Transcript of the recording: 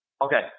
Okay